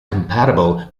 compatible